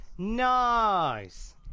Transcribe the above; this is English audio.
Nice